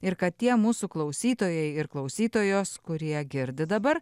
ir kad tie mūsų klausytojai ir klausytojos kurie girdi dabar